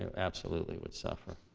and absolutely would suffer.